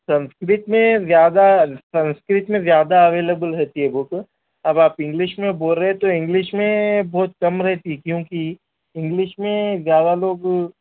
سنسکرت میں زیادہ سنسکرت میں زیادہ اویلیبل رہتی ہے بک اب آپ انگلش میں بول رہے تو انگلش میں بہت کم رہتی کیونکہ انگلش میں زیادہ لوگ